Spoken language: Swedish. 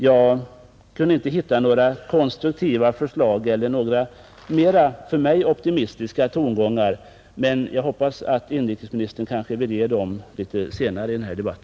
Jag kan inte hitta några konstruktiva förslag eller några för mig mera optimistiska tongångar, men jag hoppas att inrikesministern vill presentera dem litet senare i denna debatt.